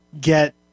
get